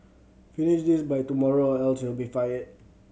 finish this by tomorrow or else you'll be fired